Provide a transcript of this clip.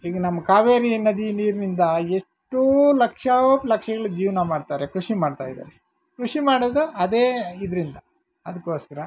ಈಗ ನಮ್ಮ ಕಾವೇರಿ ನದಿ ನೀರಿನಿಂದ ಎಷ್ಟೋ ಲಕ್ಷೋಪಲಕ್ಷಗಳ ಜೀವನ ಮಾಡ್ತಾರೆ ಕೃಷಿ ಮಾಡ್ತಾ ಇದ್ದಾರೆ ಕೃಷಿ ಮಾಡೋದು ಅದೇ ಇದರಿಂದ ಅದಕ್ಕೋಸ್ಕರ